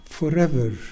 forever